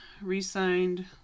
re-signed